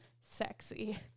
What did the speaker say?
Sexy